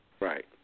Right